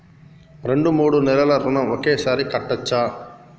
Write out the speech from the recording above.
రెండు మూడు నెలల ఋణం ఒకేసారి కట్టచ్చా?